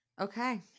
okay